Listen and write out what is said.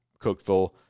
Cookville